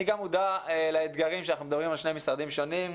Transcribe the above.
אני גם מודע לאתגרים שאנחנו מדברים על שני משרדים שונים,